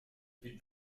die